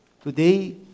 today